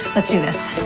let's do this.